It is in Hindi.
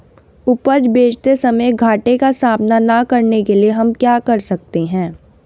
उपज बेचते समय घाटे का सामना न करने के लिए हम क्या कर सकते हैं?